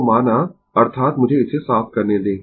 तो माना अर्थात मुझे इसे साफ करने दें